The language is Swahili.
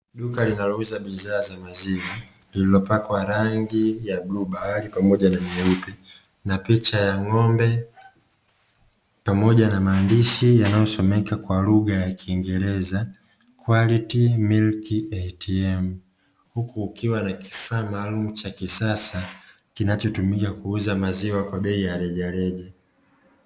Duka linalouza bidhaa za maziwa lililopakwa rangi ya bluu bahari pamoja na nyeupe, na picha ya ng'ombe na maandishi yanayosomeka kwa lugha ya kiingereza "QUALITY MILK ATM". Huku kukiwa na kifaa maalumu cha kisasa kinachotumika kuuza maziwa kwa bei ya rejareja.